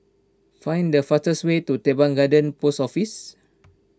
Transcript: find the fastest way to Teban Garden Post Office